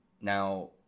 Now